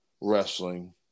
wrestling